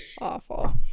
Awful